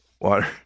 Water